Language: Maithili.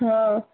हँ